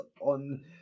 on